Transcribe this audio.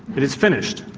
it is finished.